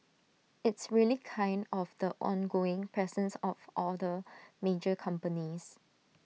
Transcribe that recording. it's really kind of the ongoing presence of all the major companies